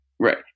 Right